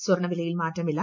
സ്വർണ്ണവിലയിൽ മാറ്റമില്ല